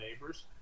neighbors